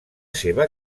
seva